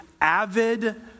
avid